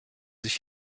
sich